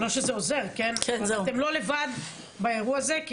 אתם לא לבד באירוע הזה,